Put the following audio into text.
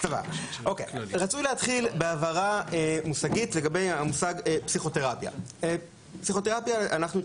רצוי להתחיל בהבהרה מושגית לגבי המושג "פסיכותרפיה"; במסמך,